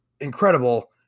incredible